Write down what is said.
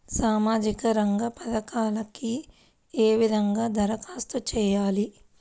సామాజిక రంగ పథకాలకీ ఏ విధంగా ధరఖాస్తు చేయాలి?